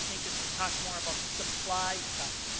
think, is to talk more about the supply side.